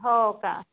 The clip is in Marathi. हो का